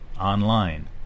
Online